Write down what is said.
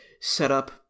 setup